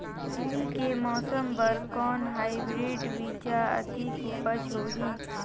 गरमी के मौसम बर कौन हाईब्रिड बीजा अधिक उपज होही?